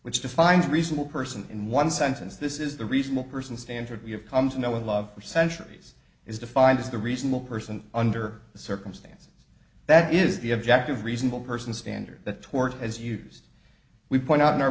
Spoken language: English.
which defines a reasonable person in one sentence this is the reasonable person standard we have come to know and love for centuries is defined as the reasonable person under the circumstances that is the objective reasonable person standard that tort as used we point out in our